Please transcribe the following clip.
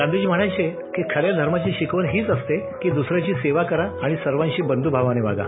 गांधीजी म्हणायचे की खऱ्या धर्माची शिकवण हिच असते की दसऱ्याची सेवा करा आणि सर्वांशी बंध्भावाने वागा